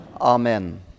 Amen